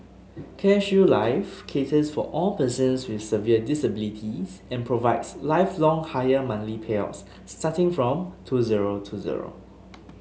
CareShield Life caters for all persons with severe disabilities and provides lifelong higher monthly payouts starting from two zero two zero